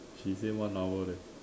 she say one hour leh